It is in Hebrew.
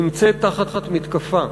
נמצאת תחת מתקפה.